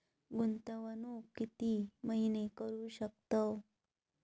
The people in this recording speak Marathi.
गुंतवणूक किती महिने करू शकतव?